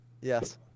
Yes